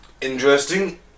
Interesting